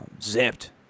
zipped